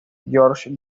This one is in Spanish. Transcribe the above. george